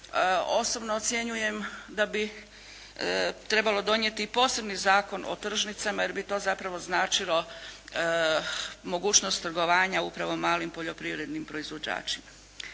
Osobno ocjenjujem da bi trebalo donijeti i posebni Zakon o tržnicama, jer bi to zapravo značilo mogućnost trgovanja upravo malim poljoprivrednim proizvođačima.